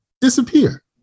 disappear